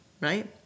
Right